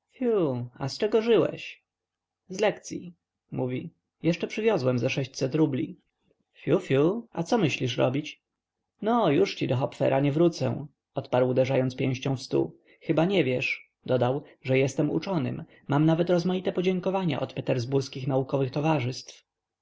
a z czego żyłeś z lekcyi mówi jeszcze przywiozłem ze rubli fiu fiu a co myślisz robić no jużci do hopfera nie wrócę odparł uderzając pięścią w stół chyba nie wiesz dodał że jestem uczonym mam nawet rozmaite podziękowania od petersburskich naukowych towarzystw